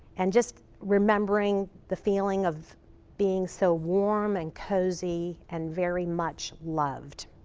and just remembering the feeling of being so warm and cozy and very much loved.